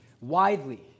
widely